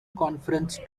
conference